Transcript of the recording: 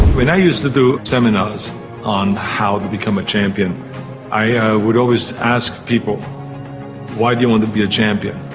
when i used to do seminars on how to become a champion i would always ask people why do you want to be a champion?